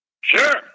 Sure